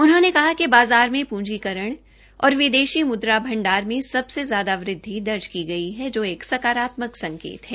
उन्होंने कहा कि बाज़ार में पूंजीकरण और विदेशी मुद्रा भंडार में सबसे ज्यादा वृद्धि दर्ज की गई है जो एक सकारात्मक संकेत है